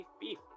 beef